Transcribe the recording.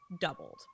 doubled